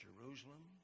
Jerusalem